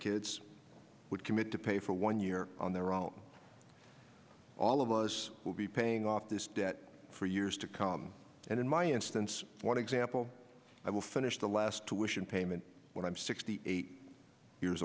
kids would commit to pay for one year on their own all of us will be paying off this debt for years to come and in my instance one example i will finish the last to wish in payment when i'm sixty eight years